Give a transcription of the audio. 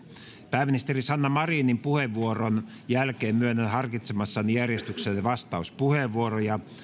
pääministeri sanna marinin puheenvuoron jälkeen myönnän harkitsemassani järjestyksessä vastauspuheenvuoroja